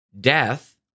death